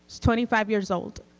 twenty five years old,